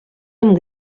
amb